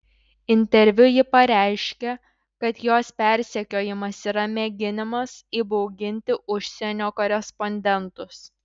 interviu ji pareiškė kad jos persekiojimas yra mėginimas įbauginti užsienio korespondentus